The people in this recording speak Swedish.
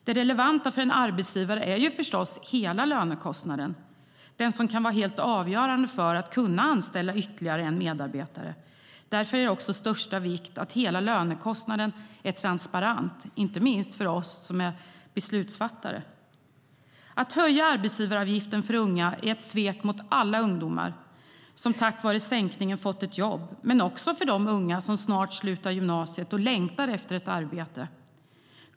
Det relevanta för en arbetsgivare är förstås hela lönekostnaden, den som kan vara helt avgörande för att kunna anställa ytterligare en medarbetare. Därför är det också av största vikt att hela lönekostnaden är transparent, inte minst för oss beslutsfattare. Att höja arbetsgivaravgiften för unga är ett svek mot alla ungdomar som tack vare sänkningen fått ett jobb, men också mot de unga som snart slutar gymnasiet och längtar efter ett arbete.